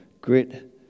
grit